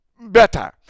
better